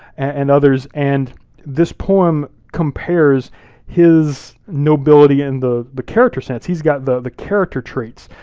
and others, and this poem compares his nobility in the the character sense, he's got the the character traits,